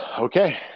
okay